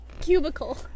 Cubicle